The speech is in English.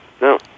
No